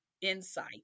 insight